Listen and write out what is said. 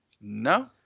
No